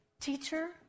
teacher